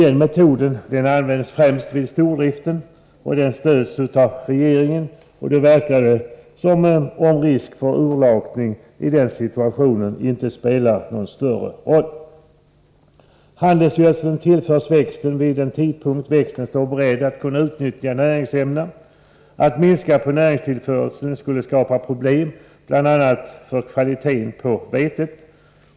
Den metoden används främst vid stordrift och stöds av regeringen, och då verkar det inte som om risk för urlakning spelar någon roll. Handelsgödsel tillförs växten vid den tidpunkt då växten står beredd att utnyttja näringsämnena. Att minska på näringstillförseln skulle skapa problem bl.a. beträffande kvaliteten på vetet.